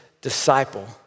disciple